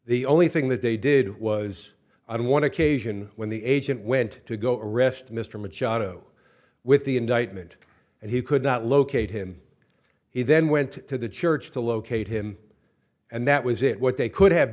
the only thing that they did was i don't want to cation when the agent went to go arrest mr machado with the indictment and he could not locate him he then went to the church to locate him and that was it what they could have